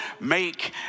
make